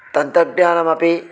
तन्त्रज्ञानमपि